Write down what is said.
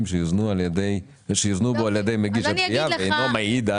שיוזנו בו על ידי מגיש התביעה ואינו מעיד על...